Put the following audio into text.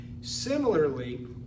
Similarly